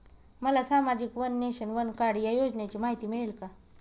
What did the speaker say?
मला सामाजिक one nation, one card या योजनेची माहिती मिळेल का?